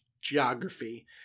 geography